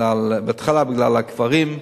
בהתחלה בגלל הקברים.